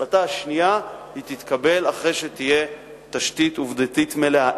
ההחלטה השנייה תתקבל אחרי שתהיה תשתית עובדתית מלאה.